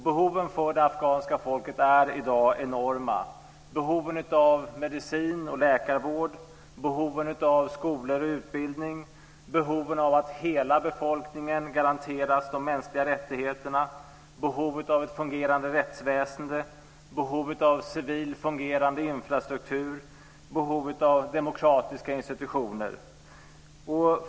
Behoven för det afghanska folket är i dag enorma: behoven av medicin och läkarvård, behoven av skolor och utbildning, behoven av att hela befolkningen garanteras de mänskliga rättigheterna, behovet av ett fungerande rättsväsende, behovet av civil fungerande infrastruktur, behovet av demokratiska institutioner.